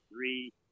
three